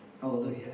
Hallelujah